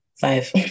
Five